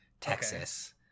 texas